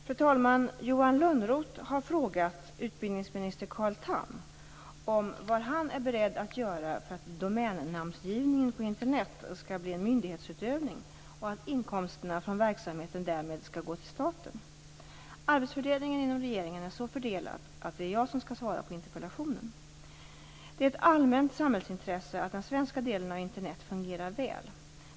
Fru talman! Johan Lönnroth har frågat utbildningsminister Carl Tham vad han är beredd att göra för att domännamnsgivningen på Internet skall bli en myndighetsutövning och att inkomsterna från verksamheten därmed skall gå till staten. Arbetet inom regeringen är så fördelat att det är jag som skall svara på interpellationen. Det är ett allmänt samhällsintresse att den svenska delen av Internet fungerar väl.